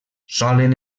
solen